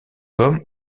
comme